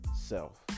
self